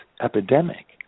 epidemic